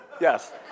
Yes